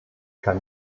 kann